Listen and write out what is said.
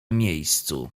miejscu